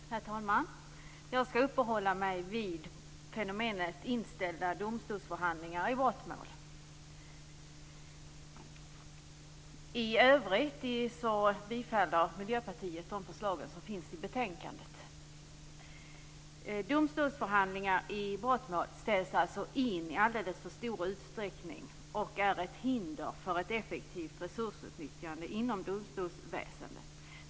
Herr talman! Jag skall uppehålla mig vid fenomenet med inställda domstolsförhandlingar i brottmål. I övrigt bifaller Miljöpartiet de förslag som finns i betänkandet. Domstolsförhandlingar i brottmål ställs alltså in i alldeles för stor utsträckning. Det är ett hinder för ett effektivt resursutnyttjande inom domstolsväsendet.